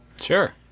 Sure